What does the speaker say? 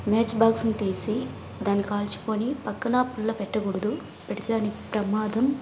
match బాక్స్ని తీసి దాన్ని కాల్చుకొని పక్కన పుల్ల పెట్టకూడదు పెడితే దాని ప్రమాదం